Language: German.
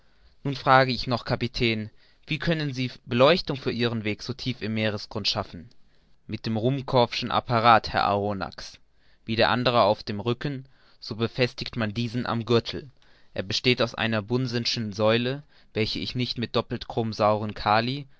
nur frage ich noch kapitän wie können sie beleuchtung für ihren weg so tief im meeresgrund schaffen mit dem ruhmkorff'schen apparat herr arronax wie der andere auf dem rücken so befestigt man diesen am gürtel er besteht aus einer bunsen'schen säule welche ich nicht mit doppeltchromsaurem kali